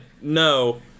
no